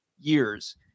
years